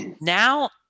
Now